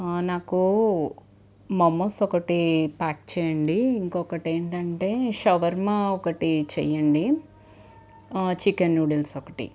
నాకు మమోస్ ఒకటి ప్యాక్ చేయండి ఇంకొకటి ఏంటంటే షవర్మా ఒకటి చేయండి చికెన్ నూడిల్స్ ఒకటి